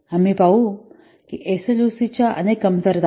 आम्ही पाहू की एसएलओसीच्या अनेक कमतरता आहेत